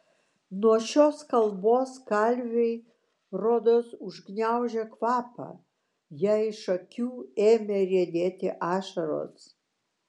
nuo šios kalbos kalvei rodos užgniaužė kvapą jai iš akių ėmė riedėti ašaros